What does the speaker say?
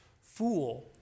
fool